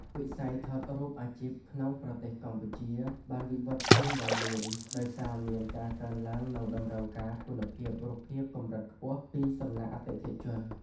វិស័យថតរូបអាជីពក្នុងប្រទេសកម្ពុជាបានវិវត្តន៍ខ្លួនយ៉ាងលឿន ដោយសារមានការកើនឡើងនូវតម្រូវការគុណភាពរូបភាពកម្រិតខ្ពស់ពីសំណាក់អតិថិជន។